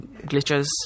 glitches